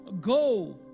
go